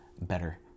better